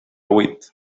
huit